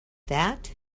that